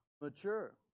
mature